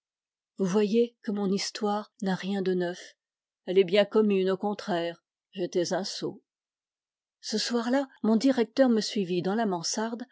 vous voyez que mon histoire n'a rien de neuf elle est bien commune au contraire j'étais un sot ce soir-là mon directeur me suivit dans la mansarde